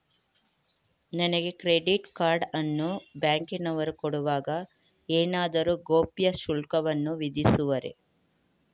ನನಗೆ credit card ಅನ್ನು ಬ್ಯಾಂಕಿನವರು ಕೊಡುವಾಗ ಏನಾದರೂ ಗೌಪ್ಯ ಶುಲ್ಕವನ್ನು ವಿಧಿಸುವರೇ?